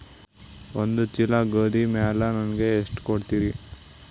ಒಂದ ಚೀಲ ಗೋಧಿ ಮ್ಯಾಲ ನನಗ ಎಷ್ಟ ಕೊಡತೀರಿ?